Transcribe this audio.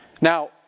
Now